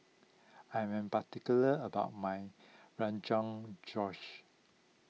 I am particular about my Rogan Josh